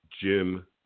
Jim